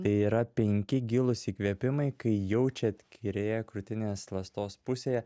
tai yra penki gilūs įkvėpimai kai jaučiat kairėje krūtinės ląstos pusėje